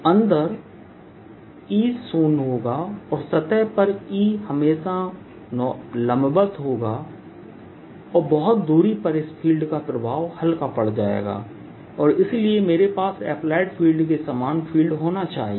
तो अंदर E शून्य होगा और सतह पर E हमेशा लंबवत होगा और बहुत दूरी पर इस फील्ड का प्रभाव हल्का पड़ जाएगा और इसलिए मेरे पास अप्लाइड फील्ड के समान फील्ड होना चाहिए